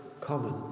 common